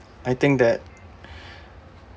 I think that